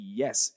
yes